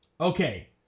Okay